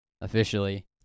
officially